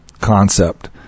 concept